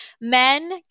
Men